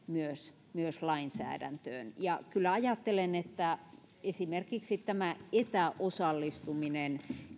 myös myös lainsäädäntöön ja kyllä ajattelen että esimerkiksi tämä etäosallistuminen